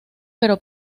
pero